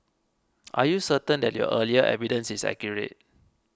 are you certain that your earlier evidence is accurate